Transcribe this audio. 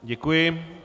Děkuji.